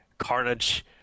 Carnage